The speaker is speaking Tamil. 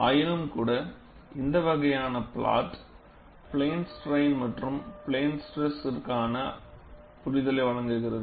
ஆயினும்கூட இந்த வகையான பிளாட்டு பிளேன் ஸ்ட்ரைன் மற்றும் பிளேன் ஸ்ட்ரெஸ் ற்கான அளவிற்கான புரிதலை வழங்குகிறது